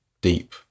deep